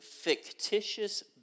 fictitious